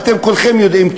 כולכם יודעים,